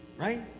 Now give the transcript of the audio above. Right